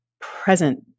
present